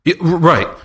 Right